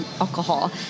alcohol